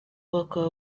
bakaba